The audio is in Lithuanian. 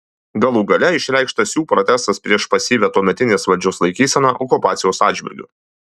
galų gale išreikštas jų protestas prieš pasyvią tuometinės valdžios laikyseną okupacijos atžvilgiu